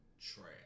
trash